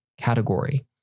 category